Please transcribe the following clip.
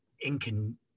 Incan